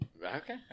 Okay